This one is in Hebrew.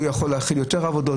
הוא יכול להכיל יותר עבודות,